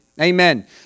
Amen